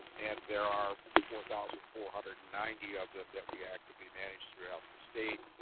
and there are four thousand four hundred and ninety of them that we actively managed throughout the state.